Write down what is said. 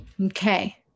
Okay